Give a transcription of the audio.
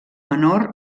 menor